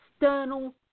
external